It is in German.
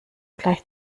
gleich